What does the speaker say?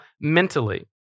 mentally